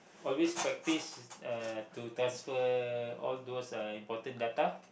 always practice uh to transfer all those uh important data